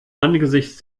angesichts